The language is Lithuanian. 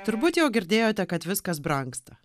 turbūt jau girdėjote kad viskas brangsta